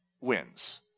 wins